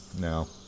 no